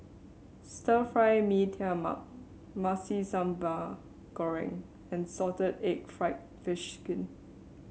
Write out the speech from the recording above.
Stir Fry Mee Tai Mak Nasi Sambal Goreng and Salted Egg fried fish skin